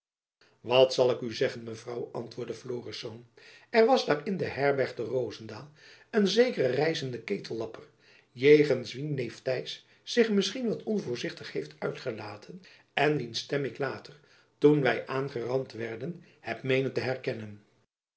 wat zal ik u zeggen mevrouw antwoordde florisz er was daar in de herberg te rozendaal een zekere reizende ketellapper jegends wien neef tijs zich misschien wat onvoorzichtig heeft uitgelaten en wiens stem ik later toen wy aangerand werden heb meenen te herkennen